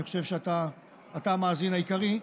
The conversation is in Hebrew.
אני חושב שאתה המאזין העיקרי,